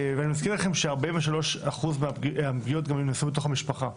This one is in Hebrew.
אני מזכיר לכם ש-43% מהפגיעות גם נעשו בתוך המשפחה,